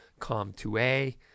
COM2A